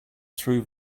true